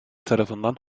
tarafından